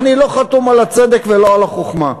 אני לא חתום על הצדק ולא על החוכמה.